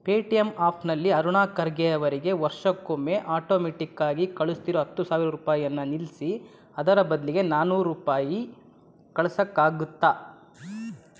Paytm ಆಪ್ನಲ್ಲಿ ಅರುಣಾ ಖರ್ಗೆ ಅವರಿಗೆ ವರ್ಷಕ್ಕೊಮ್ಮೆ ಆಟೋಮೆಟ್ಟಿಕ್ಕಾಗಿ ಕಳಿಸ್ತಿರೋ ಹತ್ತು ಸಾವಿರ ರೂಪಾಯಿಯನ್ನ ನಿಲ್ಲಿಸಿ ಅದರ ಬದಲಿಗೆ ನಾನ್ನೂರು ರೂಪಾಯಿ ಕಳ್ಸೋಕ್ಕಾಗತ್ತಾ